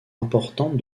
importante